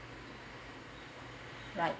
right